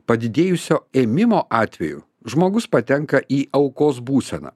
padidėjusio ėmimo atveju žmogus patenka į aukos būseną